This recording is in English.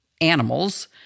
animals